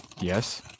yes